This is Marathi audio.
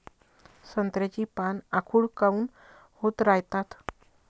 संत्र्याची पान आखूड काऊन होत रायतात?